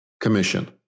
commission